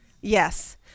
Yes